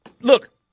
look